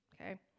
okay